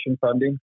funding